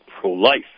pro-life